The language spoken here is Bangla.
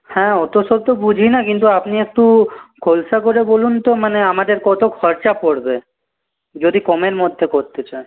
হ্যাঁ অতশত বুঝি না কিন্তু আপনি একটু খোলসা করে বলুন তো মানে আমাদের কত খরচা পড়বে যদি কমের মধ্যে করতে চাই